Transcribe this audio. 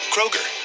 Kroger